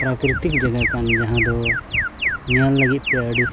ᱯᱨᱟᱠᱨᱤᱛᱤᱠ ᱡᱟᱭᱜᱟ ᱠᱟᱱ ᱡᱟᱦᱟᱸ ᱫᱚ ᱧᱮᱞ ᱞᱟᱹᱜᱤᱫ ᱛᱮ ᱟᱹᱰᱤ